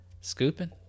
Scooping